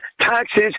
taxes